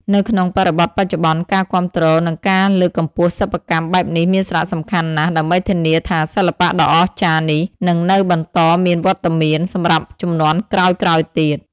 នៅក្នុងបរិបទបច្ចុប្បន្ន ការគាំទ្រនិងការលើកកម្ពស់សិប្បកម្មបែបនេះមានសារៈសំខាន់ណាស់ដើម្បីធានាថាសិល្បៈដ៏អស្ចារ្យនេះនឹងនៅបន្តមានវត្តមានសម្រាប់ជំនាន់ក្រោយៗទៀត។